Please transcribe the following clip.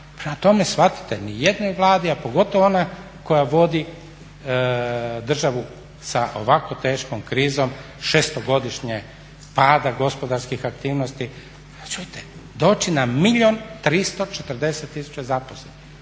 Prema tome, shvatite nijednoj Vladi, a pogotovo ona koja vodi državu sa ovako teškom krizom 6-godišnjeg pada gospodarskih aktivnosti pa čujte doći